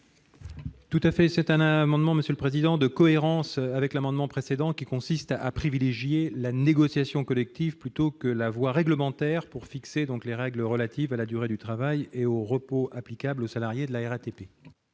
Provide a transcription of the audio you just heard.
Il s'agit d'un amendement de cohérence avec l'amendement n° 600 rectifié, consistant à privilégier la négociation collective plutôt que la voie réglementaire pour fixer les règles relatives à la durée du travail et au repos applicables aux salariés de la RATP.